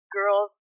girls